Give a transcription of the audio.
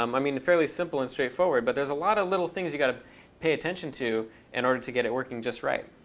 um i mean fairly simple and straightforward, but there's a lot of little things you've got to pay attention to in order to get it working just right.